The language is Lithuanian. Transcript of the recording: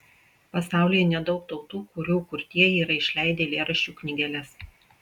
pasaulyje nedaug tautų kurių kurtieji yra išleidę eilėraščių knygeles